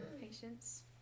Patience